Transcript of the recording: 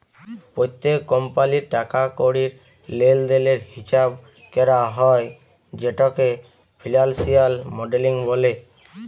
প্যত্তেক কমপালির টাকা কড়ির লেলদেলের হিচাব ক্যরা হ্যয় যেটকে ফিলালসিয়াল মডেলিং ব্যলে